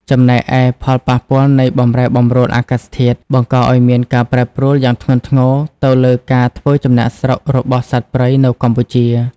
ចំណែកឯ ផលប៉ះពាល់នៃបម្រែបម្រួលអាកាសធាតុ បង្កឱ្យមានការប្រែប្រួលយ៉ាងធ្ងន់ធ្ងរទៅលើការធ្វើចំណាកស្រុករបស់សត្វព្រៃនៅកម្ពុជា។